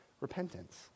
repentance